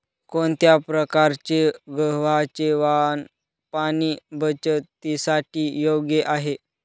कोणत्या प्रकारचे गव्हाचे वाण पाणी बचतीसाठी योग्य आहे?